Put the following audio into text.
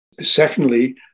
secondly